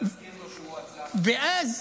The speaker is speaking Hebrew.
תזכיר לו שהוא, ואז